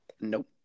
Nope